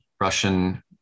Russian